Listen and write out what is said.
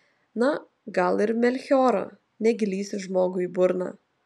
na gal ir melchioro negi lįsi žmogui į burną